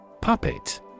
Puppet